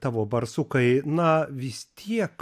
tavo barsukai na vis tiek